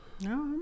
No